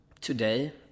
today